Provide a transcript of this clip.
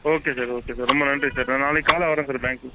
okay sir okay sir ரொம்ப நன்றி sir நான் நாளைக்கு காலைல வரேன் சார் பேங்க்கு